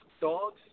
dogs